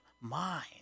mind